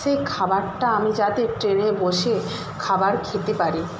সেই খাবারটা আমি যাতে ট্রেনে বসে খাবার খেতে পারি